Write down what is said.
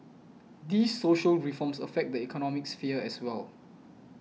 these social reforms affect the economic sphere as well